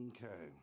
Okay